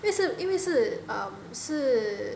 因为因为是 um 是